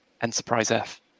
Enterprise-F